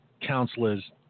counselors